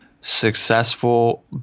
Successful